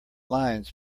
lines